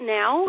now